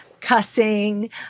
cussing